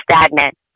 stagnant